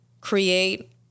create